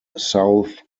south